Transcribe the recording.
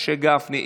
משה גפני,